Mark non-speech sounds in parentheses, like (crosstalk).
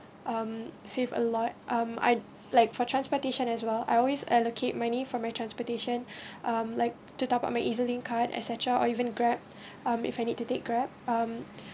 um save a lot um I like for transportation as well I always allocate money from my transportation (breath) um like to top up my EZlink card etcetera or even Grab (breath) um if I need to take grab um (breath)